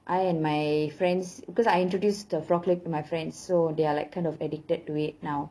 I and my friends because I introduced the frog leg my friends so they are like kind of addicted to it now